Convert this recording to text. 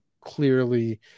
clearly